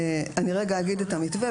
אני אגיד את המתווה,